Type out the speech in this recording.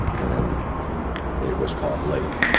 and it was caught late,